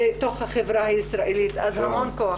בתוך החברה הישראלית, אז המון כוח.